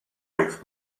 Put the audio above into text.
makes